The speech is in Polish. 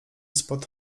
spod